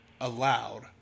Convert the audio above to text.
allowed